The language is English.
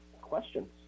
Questions